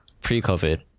pre-COVID